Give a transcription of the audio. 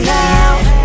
now